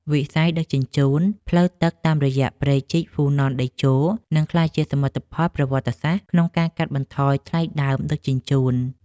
វិស័យដឹកជញ្ជូនផ្លូវទឹកតាមរយៈព្រែកជីកហ្វូណនតេជោនឹងក្លាយជាសមិទ្ធផលប្រវត្តិសាស្ត្រក្នុងការកាត់បន្ថយថ្លៃដើមដឹកជញ្ជូន។